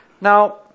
Now